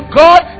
god